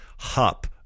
hop